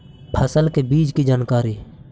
फसल के बीज की जानकारी?